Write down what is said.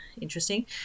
interesting